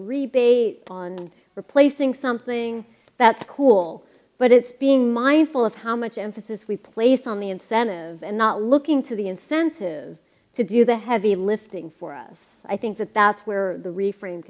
rebate on replacing something that's cool but it's being mindful of how much emphasis we place on the incentive and not looking to the incentive to do the heavy lifting for us i think that that's where the refra